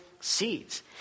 seeds